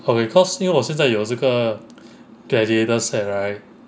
okay cause 因为我现在有这个 gladiators set right